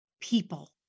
people